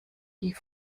die